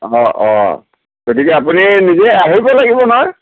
অঁ অঁ গতিকে আপুনি নিজে আহিব লাগিব নহয়